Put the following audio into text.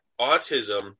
autism